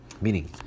meaning